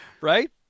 right